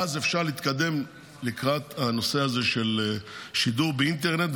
אז אפשר להתקדם לקראת הנושא הזה של שידור באינטרנט.